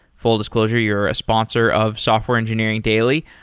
full disclosure you're a sponsor of software engineering daily.